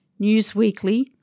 Newsweekly